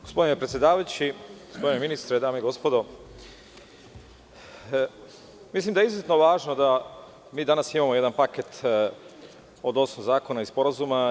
Gospodine predsedavajući, gospodine ministre, dame i gospodo narodni poslanici, mislim da je izuzetno važno da mi danas imamo jedan paket od osam zakona i sporazuma.